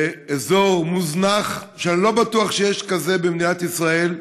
באזור מוזנח, אני לא בטוח שיש כזה במדינת ישראל.